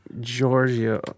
Giorgio